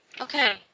Okay